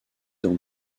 dans